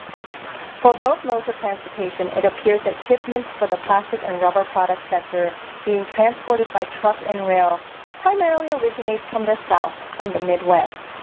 for both modes of transportation, it appears that shipments for the plastic and rubber product sector being transported by truck and rail primarily originates from the south and the midwest.